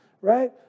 right